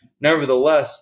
Nevertheless